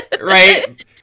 Right